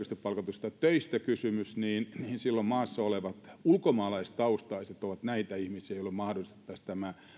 palkatuista töistä kysymys niin silloin maassa olevat ulkomaalaistaustaiset ovat näitä ihmisiä joille mahdollistettaisiin